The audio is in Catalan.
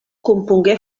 compongué